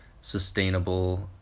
sustainable